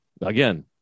Again